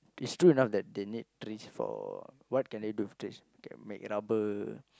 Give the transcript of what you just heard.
it's true enough that they need trees for what can they do with trees can make rubber